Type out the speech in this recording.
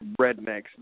rednecks